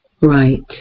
Right